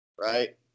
right